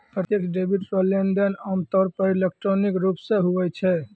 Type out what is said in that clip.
प्रत्यक्ष डेबिट रो लेनदेन आमतौर पर इलेक्ट्रॉनिक रूप से हुवै छै